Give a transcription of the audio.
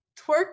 twerk